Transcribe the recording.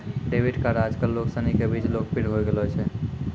debit card आजकल लोग सनी के बीच लोकप्रिय होए गेलो छै